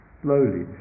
slowly